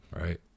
right